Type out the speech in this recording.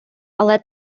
але